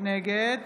נגד